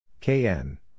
KN